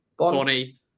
Bonnie